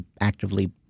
actively